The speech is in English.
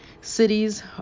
cities